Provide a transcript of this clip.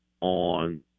on